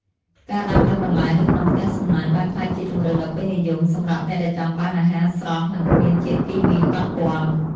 ការដាំដុះបន្លែនៅក្នុងផ្ទះសំណាញ់បានក្លាយជាជម្រើសដ៏ពេញនិយមសម្រាប់អ្នកដែលចង់បានអាហារស្រស់និងគ្មានជាតិគីមីប៉ះពាល់។